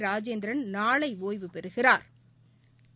ராஜேந்திரன் நாளை ஒய்வு பெறுகிறாா்